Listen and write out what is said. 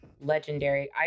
legendary